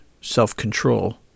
self-control